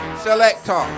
selector